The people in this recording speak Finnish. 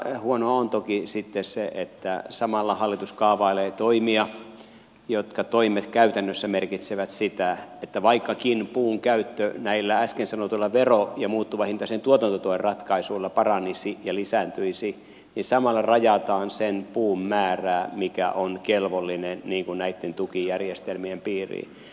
mutta huonoa on toki sitten se että samalla hallitus kaavailee toimia jotka toimet käytännössä merkitsevät sitä että vaikkakin puun käyttö näillä äsken sanotuilla vero ja muuttuvahintaisen tuotantotuen ratkaisuilla paranisi ja lisääntyisi niin samalla rajataan sen puun määrää mikä on kelvollinen näitten tukijärjestelmien piiriin